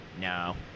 no